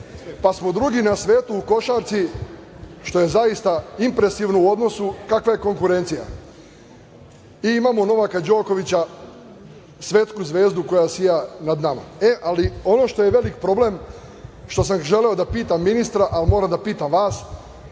Pa smo drugi na svetu u košarci, što je zaista impresivno u odnosu kakva je konkurencija. Imamo Novaka Đokovića svetsku zvezdu koja sija nad nama. Ono što je veliki problem, što sam želeo da pitam ministra, ali moram da pitam vas.